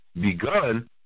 begun